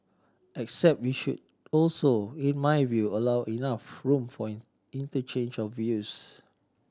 except we should also in my view allow enough room for interchange of views